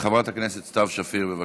חברת הכנסת סתיו שפיר, בבקשה.